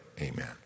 Amen